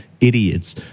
idiots